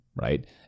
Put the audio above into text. right